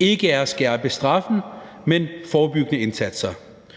ikke er en skærpelse af straffene, men forebyggende indsatser,